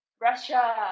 russia